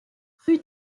rue